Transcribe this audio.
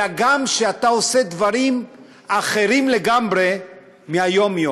אלא גם שאתה עושה דברים אחרים לגמרי מהיום-יום.